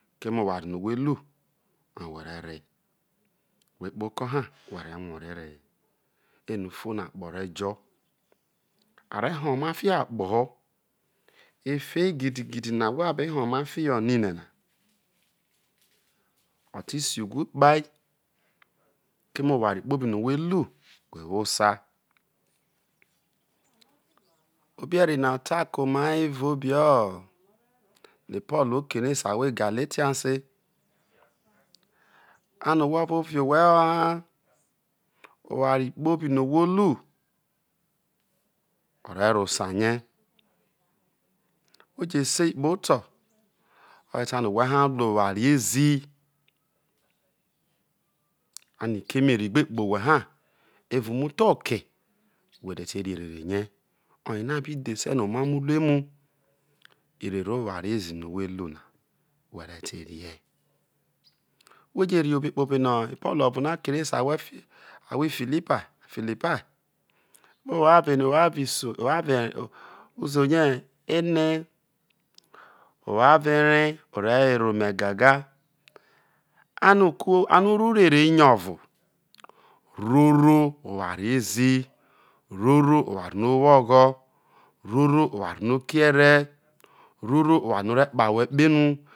Keme oware no̱ whe̱ ru oye whe̱ re re whe kpoho oko ha whe re rue ore re he ene u fono akpo rejo̱ a re̱ hoo oma fiho̱ akpo̱ ho̱ efe gidigidi no̱ ahwo a behoo oma fiho nene o ti si uwhu kpai keme oware kpobi no̱ whe̱ ru whe̱ wo o sa obeeri na tai ke̱ oma evao obe o polo kere se ahwo erale sians ano ohwo ovo vue owhe̱ ho ha oware kpobi no̱ whe ru whe̱ re ro osa rie whe je̱ sei kpoto oje ta mo wha hai ru oware ezi ano keme eei gbe kpe owhe ha evao umutho oke whe te tere erere rie oyena bi dhese no omamo urue erere oware ezi no̱ whe ru na whe re terie whe je rolbe kpobe no̱ pol ovo na kere se uhwo efi fikipai owo avo ene owo avo isoi uzou rie ene owo avo eree o re we̱re̱ ome gaga ano uku oro urere imovo roro oware ezi, roro oware no̱ o wo o̱gho̱, roro oware no̱ o̱ viere roro oware no̱ o̱ re̱ kpare owhe kpehru